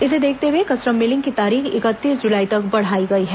इसे देखते हुए कस्टम मिलिंग की तारीख इकतीस जुलाई तक बढ़ाई गई है